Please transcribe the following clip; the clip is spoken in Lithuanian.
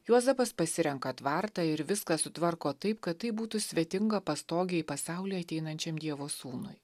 juozapas pasirenka tvartą ir viską sutvarko taip kad tai būtų svetinga pastogė į pasaulį ateinančiam dievo sūnui